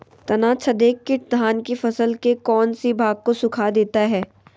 तनाछदेक किट धान की फसल के कौन सी भाग को सुखा देता है?